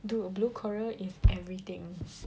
dude a blue coral is everything